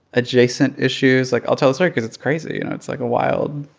adjacent issues, like, i'll tell the story because it's crazy. you know, it's, like, a wild,